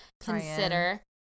consider